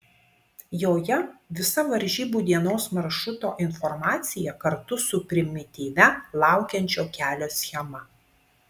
joje visa varžybų dienos maršruto informacija kartu su primityvia laukiančio kelio schema